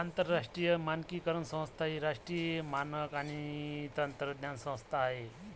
आंतरराष्ट्रीय मानकीकरण संस्था ही राष्ट्रीय मानक आणि तंत्रज्ञान संस्था आहे